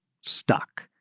stuck